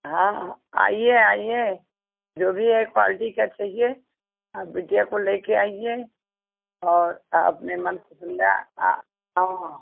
हाँ हाँ आइए आइए जो भी है क्वालटी का चाहिए आप बिटिया को लेकर आइए और अपने मन पसंद का हाँ